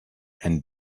and